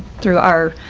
through our,